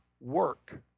work